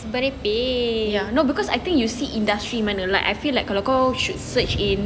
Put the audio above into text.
ya no because I think you see industry mana lah like I feel like kalau kau should search in